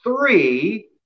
three